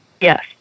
yes